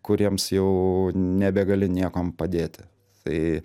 kuriems jau nebegali niekuom padėti tai